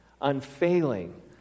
unfailing